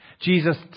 Jesus